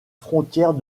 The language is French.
frontière